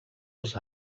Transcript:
als